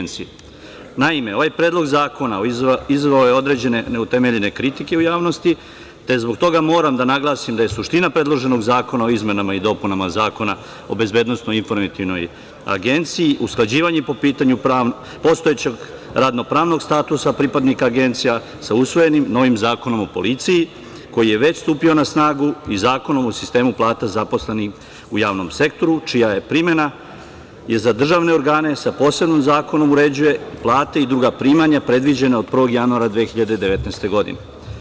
Naime, ovaj predlog zakona izazvao je određene neutemeljene kritike u javnosti, te zbog toga moram da naglasim da je suština predloženog Zakona o izmenama i dopunama Zakona o BIA usklađivanje po pitanju postojećeg radno-pravnog statusa pripadnika Agencije sa usvojenim novim Zakonom o policiji koji je već stupio na snagu i Zakonom o sistemu plata zaposlenih u javnom sektoru čija se primena za državne organe posebnim zakonom uređuje, plate i druga primanja predviđena od 1. januara 2019. godine.